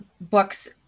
books